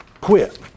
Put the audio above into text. Quit